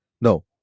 No